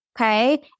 okay